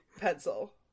pencil